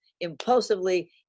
impulsively